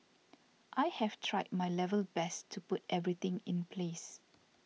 I have tried my level best to put everything in place